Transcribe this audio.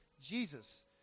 Jesus